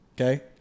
Okay